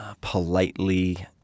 politely